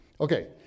okay